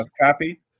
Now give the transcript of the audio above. copy